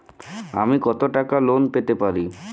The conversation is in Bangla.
আমি কত টাকা লোন পেতে পারি?